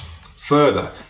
Further